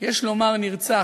יש לומר נרצח,